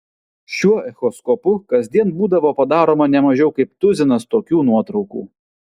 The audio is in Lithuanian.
šiuo echoskopu kasdien būdavo padaroma ne mažiau kaip tuzinas tokių nuotraukų